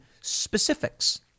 specifics